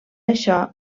això